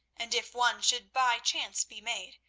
and if one should by chance be made,